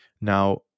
Now